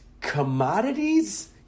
commodities